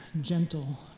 gentle